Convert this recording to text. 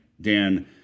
Dan